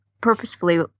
purposefully